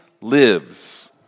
lives